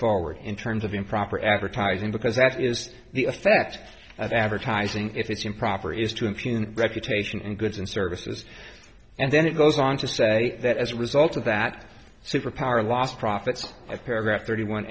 forward in terms of improper advertising because that is the effect of advertising if it's improper is to impugn reputation and goods and services and then it goes on to say that as a result of that super power lost profits a paragraph thirty one